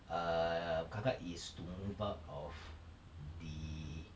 err kakak is to move out of the